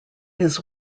his